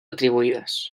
atribuïdes